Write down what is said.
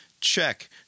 Check